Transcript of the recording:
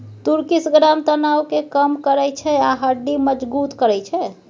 तुर्किश ग्राम तनाब केँ कम करय छै आ हड्डी मजगुत करय छै